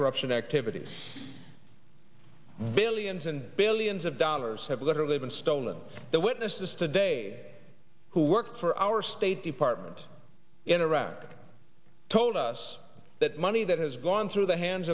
corruption activities billions and billions of dollars have literally been stolen the witnesses today who work for our state department in iraq told us that money that has gone through the hands